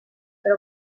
però